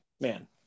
man